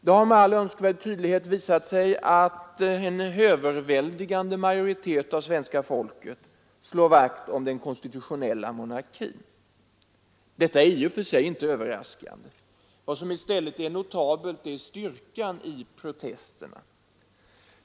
Det har med all önskvärd tydlighet visat sig att den överväldigande majoriteten av det svenska folket slår vakt om den konstitutionella monarkin. Detta är i och för sig inte överraskande. Vad som i stället är notabelt är styrkan i protesterna.